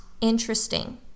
interesting